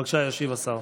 בבקשה, ישיב השר.